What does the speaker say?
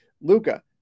Luca